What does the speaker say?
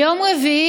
ביום רביעי,